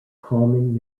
common